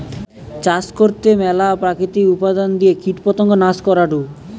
চাষ করতে ম্যালা প্রাকৃতিক উপাদান দিয়ে কীটপতঙ্গ নাশ করাঢু